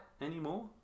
anymore